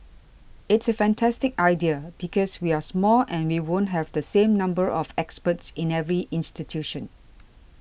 it's a fantastic idea because we're small and we won't have the same number of experts in every institution